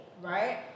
right